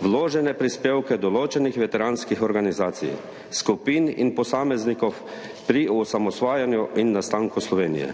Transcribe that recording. vložene prispevke določenih veteranskih organizacij, skupin in posameznikov pri osamosvajanju in nastanku Slovenije.